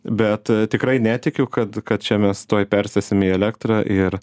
bet tikrai netikiu kad kad čia mes tuoj persėsim į elektrą ir